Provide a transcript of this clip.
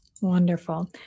Wonderful